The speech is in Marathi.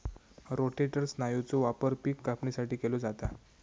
रोटेटर स्नायूचो वापर पिक कापणीसाठी केलो जाता